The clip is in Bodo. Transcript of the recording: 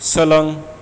सोलों